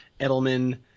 Edelman